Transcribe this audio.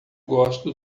gosto